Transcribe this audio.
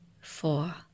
four